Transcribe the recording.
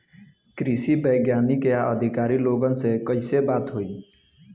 कृषि वैज्ञानिक या अधिकारी लोगन से कैसे बात होई?